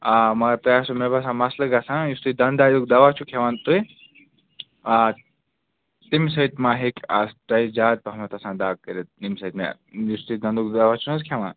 آ مگر تۄہہِ آسوٕ مےٚ باسان مَسلہٕ گژھان یُس تُہۍ دَنٛدایُک دَوا چھُو کھیٚوان تُہۍ آ تمہِ سۭتۍ ما ہیٚکہِ اَتھ تۄہہِ زیادٕ پَہمَتھ آسان دَگ کٔرِتھ ییٚمہِ سۭتۍ مےٚ یُس تُہۍ دَنٛدُک دَوا چھُو نہ حظ کھیٚوان